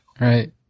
Right